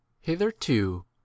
hitherto